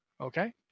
Okay